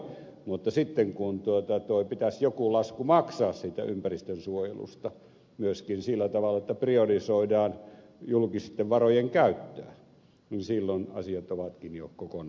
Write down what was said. mutta sitten kun pitäisi joku lasku maksaa siitä ympäristönsuojelusta myöskin sillä tavalla että priorisoidaan julkisten varojen käyttöä niin silloin asiat ovatkin jo kokonaan toisin